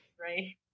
right